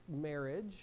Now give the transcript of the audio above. marriage